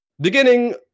Beginning